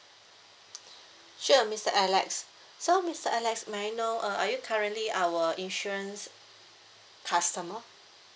sure mister alex so mister alex may I know uh are you currently our insurance customer